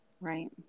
Right